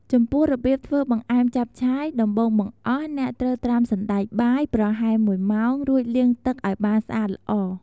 ចំពោះ របៀបធ្វើបង្អែមចាប់ឆាយ ដំបូងបង្អស់ អ្នកត្រូវ ត្រាំសណ្ដែកបាយ ប្រហែល ១ ម៉ោង រួចលាងទឹកឱ្យបានស្អាតល្អ។